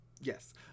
Yes